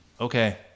Okay